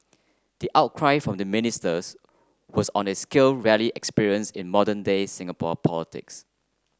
the outcry from the ministers was on a scale rarely experienced in modern day Singapore politics